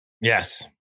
Yes